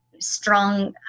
strong